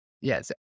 Yes